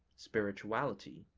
spirituality,